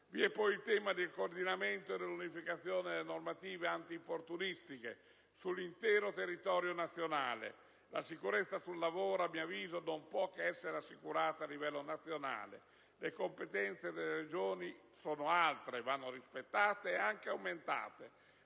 Vi è poi il tema del coordinamento e dell'unificazione delle normative antinfortunistiche sull'intero territorio nazionale. La sicurezza sul lavoro, a mio avviso, non può che essere assicurata a livello nazionale: le competenze delle Regioni sono altre, vanno rispettate e anche aumentate,